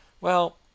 Well